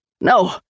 No